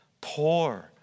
poor